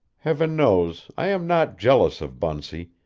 heaven knows i am not jealous of bunsey,